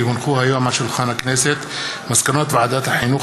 כי הונחו היום על שולחן הכנסת מסקנות ועדת החינוך,